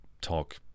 talk